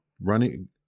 running